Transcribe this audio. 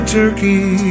turkey